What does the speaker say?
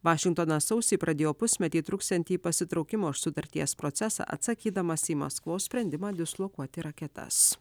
vašingtonas sausį pradėjo pusmetį truksiantį pasitraukimo iš sutarties procesą atsakydamas į maskvos sprendimą dislokuoti raketas